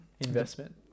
investment